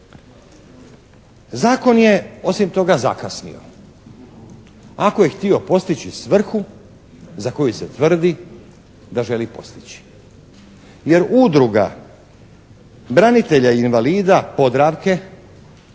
Zakon je osim toga zakasnio ako je htio postići svrhu za koju se tvrdi da želi postići. Jer, Udruga branitelja i invalida Podravke